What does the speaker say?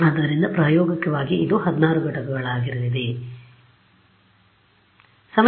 ಆದ್ದರಿಂದ ಪ್ರಾಯೋಗಿಕವಾಗಿ ಇದು 16 ಘಟಕಗಳಾಗಿರಲಿದೆ ಸರಿ